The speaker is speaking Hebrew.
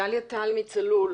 דליה טל מ-צלול.